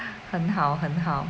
很好很好